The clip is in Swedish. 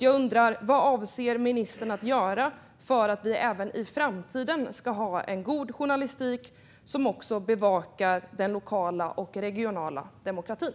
Jag undrar: Vad avser ministern att göra för att vi även i framtiden ska ha en god journalistik som också bevakar den lokala och regionala demokratin?